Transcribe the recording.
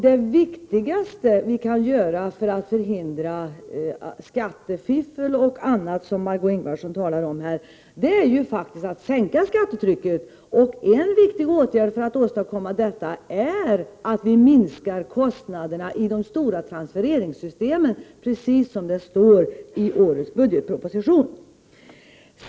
Det viktigaste vi kan göra för att förhindra skattefiffel och annat som Marg6ö Ingvardsson talar om i det sammanhanget är att sänka skattetrycket. En viktig åtgärd för att åstadkomma detta är att vi minskar kostnaderna i de stora transfereringssystemen, precis som det står i årets budgetproposition.